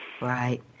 Right